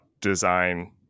design